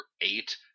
eight